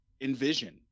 envision